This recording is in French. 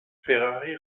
ferrari